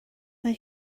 mae